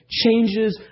changes